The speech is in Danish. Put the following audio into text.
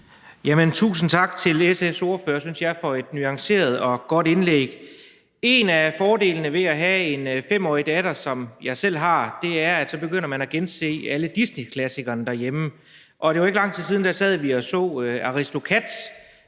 tusind tak til SF's ordfører for et, synes jeg, nuanceret og godt indlæg. En af fordelene ved at have en 5-årig datter, hvad jeg selv har, er, at man begynder at gense alle disneyklassikerne derhjemme. Og for ikke lang tid siden sad vi og så »Aristocats«,